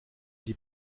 die